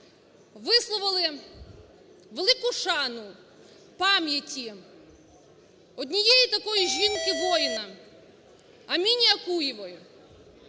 висловили велику шану пам'яті однієї такої жінки-воїна Аміни Окуєвої,